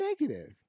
negative